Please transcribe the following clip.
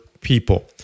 people